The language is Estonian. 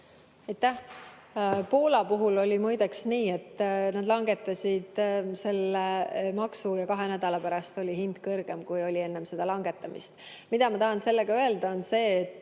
Poola puhul oli muideks nii, et nad langetasid selle maksu ja kahe nädala pärast oli hind kõrgem, kui oli enne langetamist. Mida ma tahan sellega öelda, on see, et